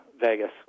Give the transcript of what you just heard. Vegas